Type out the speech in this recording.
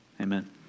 Amen